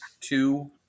two